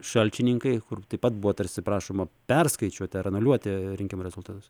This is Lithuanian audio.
šalčininkai kur taip pat buvo tarsi prašoma perskaičiuoti ar anuliuoti rinkimų rezultatus